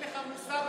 אין לך מושג מה,